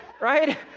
right